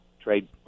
trade